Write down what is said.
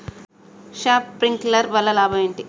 Sprinkler వల్ల లాభం ఏంటి?